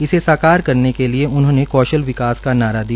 इसे साकार करने के लिए उन्होंने कौशल विकास का नारा दिया